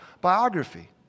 biography